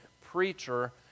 preacher